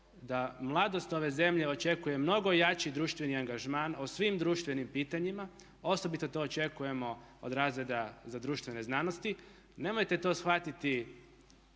da mladost ove zemlje očekuje mnogo jači društveni angažman o svim društvenim pitanjima, osobito to očekujemo od razreda za društvene znanosti. Nemojte to shvatiti